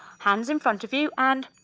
hands in front of you and